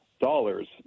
dollars